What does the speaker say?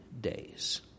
days